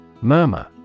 Murmur